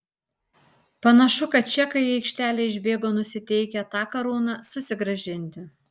panašu kad čekai į aikštelę išbėgo nusiteikę tą karūną susigrąžinti